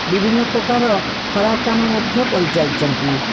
ବିଭିନ୍ନ ପ୍ରକାର ଖରାପ କାମ ମଧ୍ୟ କରି ଚାଲିଛନ୍ତି